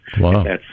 Wow